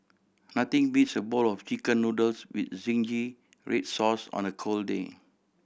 nothing beats a bowl of Chicken Noodles with zingy red sauce on a cold day